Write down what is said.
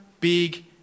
big